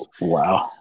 Wow